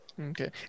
okay